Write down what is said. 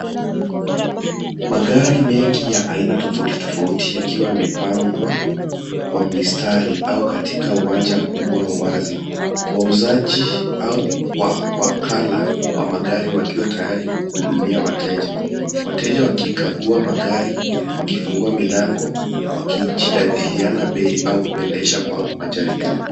Magari mengi ya aina tofauti tofauti yakiwa yamepangwa kwa mistari au katika uwanja mkubwa wazi. Wauzaji au wawakala wa magari wakiwa tayari kuhudumia wateja. Wateja wakikagua magari, wakifungua milango , wakijadiliana bei au kuendesha kwa majaribio.